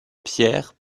pierre